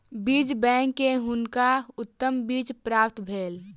बीज बैंक सॅ हुनका उत्तम बीज प्राप्त भेल